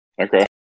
Okay